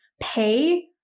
pay